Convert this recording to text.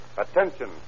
Attention